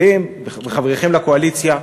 אתם, וחברכם לקואליציה.